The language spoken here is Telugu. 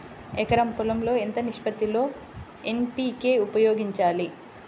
ఎకరం పొలం లో ఎంత నిష్పత్తి లో ఎన్.పీ.కే ఉపయోగించాలి?